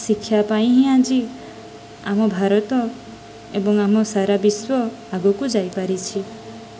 ଶିକ୍ଷା ପାଇଁ ହିଁ ଆଜି ଆମ ଭାରତ ଏବଂ ଆମ ସାରା ବିଶ୍ଵ ଆଗକୁ ଯାଇପାରିଛି